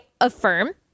affirm